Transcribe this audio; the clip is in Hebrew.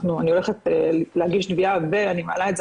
אני הולכת להגיש תביעה ואני מעלה את זה